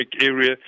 area